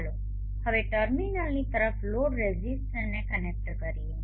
ચાલો હવે ટર્મિનલની તરફ લોડ રેઝિસ્ટરને કનેક્ટ કરીએ